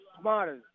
smarter